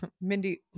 Mindy